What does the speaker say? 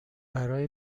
برای